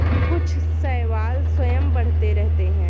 कुछ शैवाल स्वयं बढ़ते रहते हैं